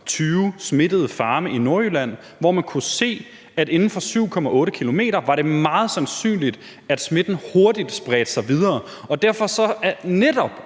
smittede farme i Nordjylland, hvor man kunne se, at inden for 7,8 km var det meget sandsynligt, at smitten hurtigt spredte sig videre. Netop for at